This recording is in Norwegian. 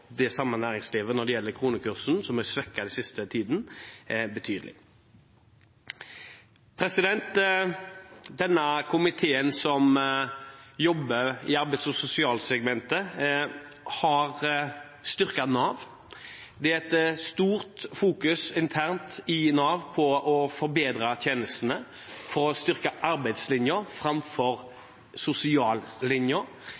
det samme næringslivet når det gjelder kronekursen, som er svekket den siste tiden, ha betydning. Denne komiteen, som jobber i arbeids- og sosialsegmentet, har styrket Nav. Det er et stort fokus internt i Nav på å forbedre tjenestene for å styrke arbeidslinjen framfor